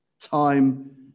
Time